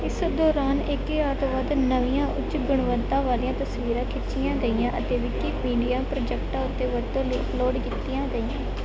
ਇਸ ਦੌਰਾਨ ਇੱਕ ਹਜ਼ਾਰ ਤੋਂ ਵੱਧ ਨਵੀਆਂ ਉੱਚ ਗੁਣਵੱਤਾ ਵਾਲੀਆਂ ਤਸਵੀਰਾਂ ਖਿੱਚੀਆਂ ਗਈਆਂ ਅਤੇ ਵਿਕੀਪੀਡੀਆ ਪ੍ਰੋਜੈਕਟਾਂ ਉੱਤੇ ਵਰਤੋਂ ਲਈ ਅੱਪਲੋਡ ਕੀਤੀਆਂ ਗਈਆਂ